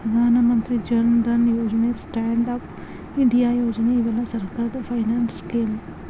ಪ್ರಧಾನ ಮಂತ್ರಿ ಜನ್ ಧನ್ ಯೋಜನೆ ಸ್ಟ್ಯಾಂಡ್ ಅಪ್ ಇಂಡಿಯಾ ಯೋಜನೆ ಇವೆಲ್ಲ ಸರ್ಕಾರದ ಫೈನಾನ್ಸ್ ಸ್ಕೇಮ್